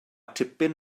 tipyn